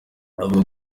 avuga